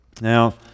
Now